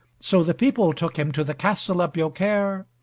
so the people took him to the castle of biaucaire,